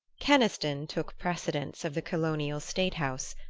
keniston took precedence of the colonial state house,